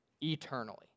eternally